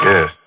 Yes